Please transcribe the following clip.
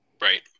Right